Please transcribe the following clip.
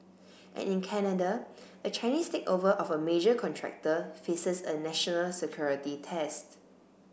and in Canada a Chinese takeover of a major contractor faces a national security test